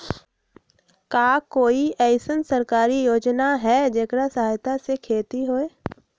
का कोई अईसन सरकारी योजना है जेकरा सहायता से खेती होय?